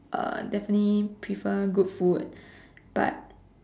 uh definitely prefer good food but